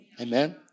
Amen